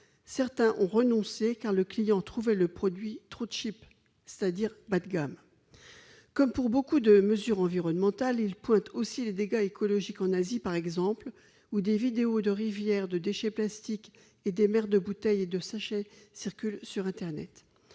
certains ont renoncé car le client trouver le produit trop cheap, c'est-à-dire pas Guillaume comme pour beaucoup de mesures environnementales, il pointe aussi les dégâts écologiques en Asie par exemple ou des vidéos de rivières de déchets plastiques et des maires de bouteilles de sachets circule sur Internet,